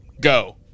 go